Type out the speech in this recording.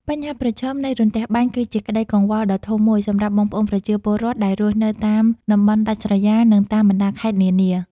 បញ្ហាប្រឈមនៃរន្ទះបាញ់គឺជាក្តីកង្វល់ដ៏ធំមួយសម្រាប់បងប្អូនប្រជាពលរដ្ឋដែលរស់នៅតាមតំបន់ដាច់ស្រយាល និងតាមបណ្តាខេត្តនានា។